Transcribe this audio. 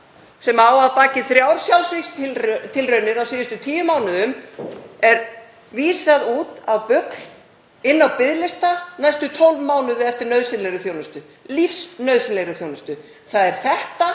sem á að baki þrjár sjálfsvígstilraunir á síðustu tíu mánuðum er vísað út af BUGL inn á biðlista næstu 12 mánuði eftir nauðsynlegri þjónustu, lífsnauðsynlegri þjónustu. Það er þetta